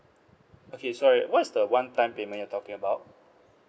okay sorry what's the one time payment you are talking about